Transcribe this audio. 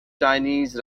chinese